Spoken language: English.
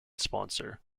sponsor